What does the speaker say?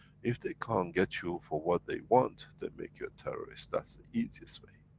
if they can't get you for what they want, they make you a terrorist, that's the easiest way.